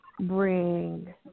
bring